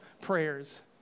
prayers